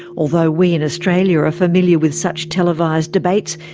although we in australia are familiar with such televised debates,